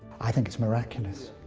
i think it's miraculous.